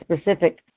specific